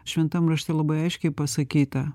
šventam rašte labai aiškiai pasakyta